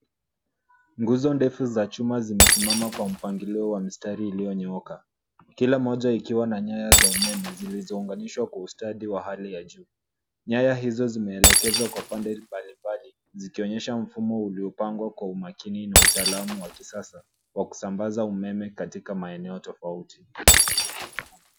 Nguzo ndefu za chuma zimesimama kwa mpangilio wa mistari iliyonyooka. Kila moja ikiwa na nyaya za umeme zilizounganishwa kwa ustadi wa hali ya juu. Nyaya hizo zimeelekezwa kwa upande mbalimbali, zikionyesha mfumo uliyopangwa kwa umakini na utaalamu wa kisasa, kwa kusambaza umeme katika maeneo tofauti.